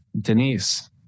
Denise